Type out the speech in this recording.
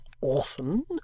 orphan